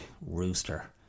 rooster